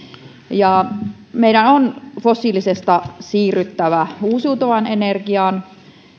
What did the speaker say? meidän on fossiilisesta siirryttävä uusiutuvaan energiaan